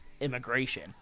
immigration